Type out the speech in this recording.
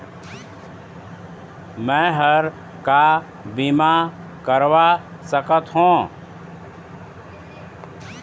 मैं हर का बीमा करवा सकत हो?